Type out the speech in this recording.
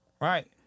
Right